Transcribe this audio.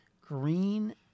green